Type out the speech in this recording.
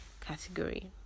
category